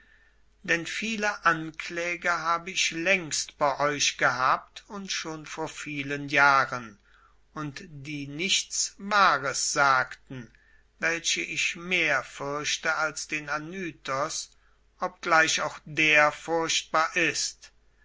denn viele ankläger habe ich längst bei euch gehabt und schon vor vielen jahren und die nichts wahres sagten welche ich mehr fürchte als den anytos obgleich auch der furchtbar ist